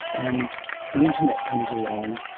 and the internet comes along,